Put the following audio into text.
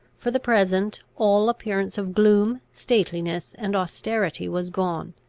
for the present, all appearance of gloom, stateliness, and austerity was gone.